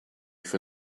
for